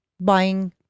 buying